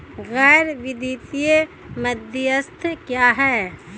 गैर वित्तीय मध्यस्थ क्या हैं?